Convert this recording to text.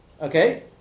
okay